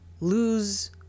lose